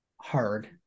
hard